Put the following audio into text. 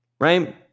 right